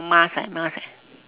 mask eh mask eh